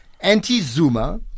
anti-zuma